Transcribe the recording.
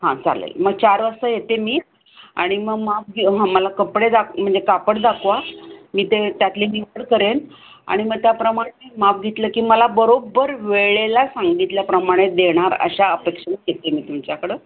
हां चालेल मग चार वाजता येते मी आणि मग माप हां मला कपडे दाक म्हणजे कापड दाखवा मी ते त्यातले निवड करेन आणि मग त्याप्रमाणे माप घेतलं की मला बरोबर वेळेला सांगितल्याप्रमाणे देणार अशा अपेक्षानंच येते मी तुमच्याकडं